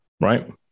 right